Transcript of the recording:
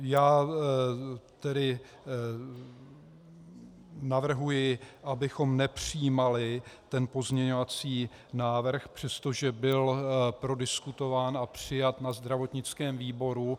Já tedy navrhuji, abychom nepřijímali pozměňovací návrh, přestože byl prodiskutován a přijat na zdravotnickém výboru.